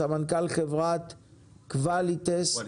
סמנכ"ל חברת קוואליטסט.